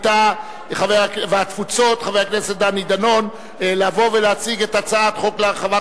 הקליטה והתפוצות חבר הכנסת דני דנון לבוא ולהציג את הצעת חוק להרחבת